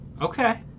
Okay